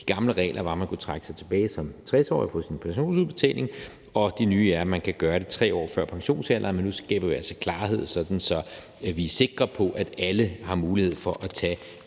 De gamle regler var, at man kunne trække sig tilbage som 60-årig og få sin pensionsudbetaling, og det nye er, at man kan gøre det 3 år før pensionsalderen. Men nu skaber vi altså klarhed, sådan at vi er sikre på, at alle har mulighed for at tage